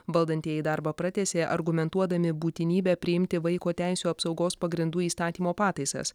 valdantieji darbą pratęsė argumentuodami būtinybe priimti vaiko teisių apsaugos pagrindų įstatymo pataisas